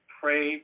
pray